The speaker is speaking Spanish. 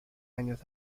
años